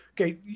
Okay